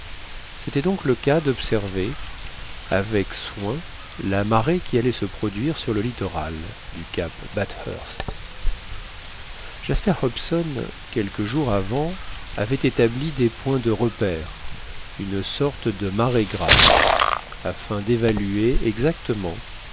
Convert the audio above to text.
c'était donc le cas d'observer avec soin la marée qui allait se produire sur le littoral du cap bathurst jasper hobson quelques jours avant avait établi des points de repère une sorte de marégraphe afin d'évaluer exactement